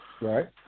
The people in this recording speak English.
right